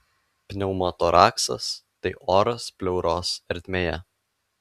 pneumotoraksas tai oras pleuros ertmėje